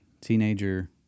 teenager